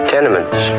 Tenements